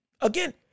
Again